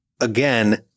again